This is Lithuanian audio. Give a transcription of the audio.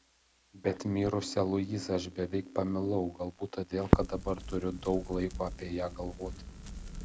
bet mirusią luizą aš beveik pamilau galbūt todėl kad dabar turiu daug laiko apie ją galvoti